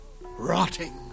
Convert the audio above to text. rotting